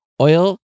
oil